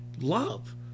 love